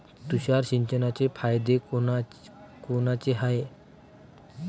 तुषार सिंचनाचे फायदे कोनचे हाये?